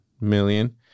million